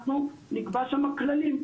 אנחנו נקבע שמה כללים.